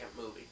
movie